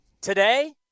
today